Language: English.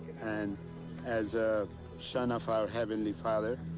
and as a son of our heavenly father,